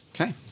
Okay